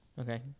Okay